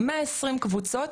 120 קבוצות,